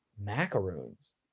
macaroons